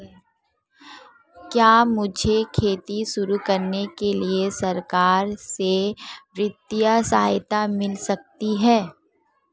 क्या मुझे खेती शुरू करने के लिए सरकार से वित्तीय सहायता मिल सकती है?